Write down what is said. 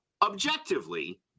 objectively